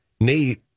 Nate